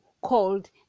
called